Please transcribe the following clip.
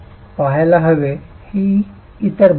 पहायला हवे ही इतर बाब आहे